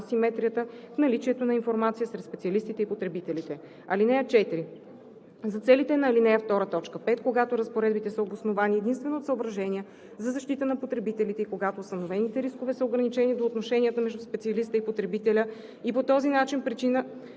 асиметрията в наличието на информация сред специалистите и потребителите. (4) За целите на ал. 2, т. 5, когато разпоредбите са обосновани единствено от съображения за защита на потребителите и когато установените рискове са ограничени до отношенията между специалиста и потребителя и по тази причина